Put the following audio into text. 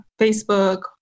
Facebook